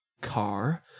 car